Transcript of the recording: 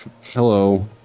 Hello